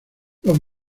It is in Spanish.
los